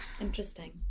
Interesting